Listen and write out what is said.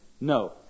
No